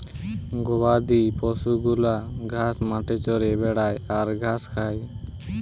গবাদি পশু গুলা ঘাস মাঠে চরে বেড়ায় আর ঘাস খায়